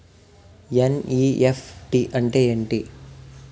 NEFT అంటే ఎంటి?